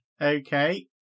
Okay